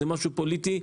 איזה דבר פוליטי.